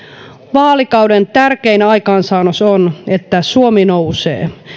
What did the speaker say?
vaalikauden tärkein aikaansaannos on että suomi nousee